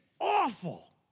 awful